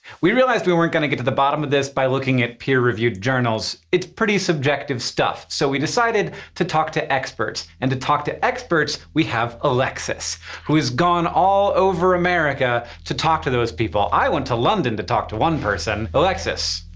we realized we weren't gonna get to the bottom of this by looking at peer-reviewed journals. it's pretty subjective stuff. so we decided to talk to experts. and to talk to experts, we have alexis who has gone all over america to talk to those people. i went to london to talk to one person. alexis.